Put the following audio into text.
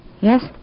Yes